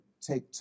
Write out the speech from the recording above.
take